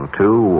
two